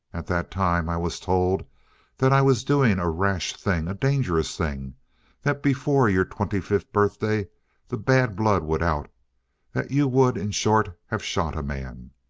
at that time i was told that i was doing a rash thing, a dangerous thing that before your twenty-fifth birthday the bad blood would out that you would, in short, have shot a man.